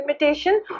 limitation